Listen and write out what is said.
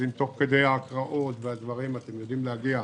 אם תוך כדי ההקראה תדעו להגיע